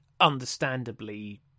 understandably